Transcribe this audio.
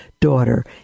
daughter